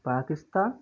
Pakistan